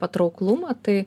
patrauklumą tai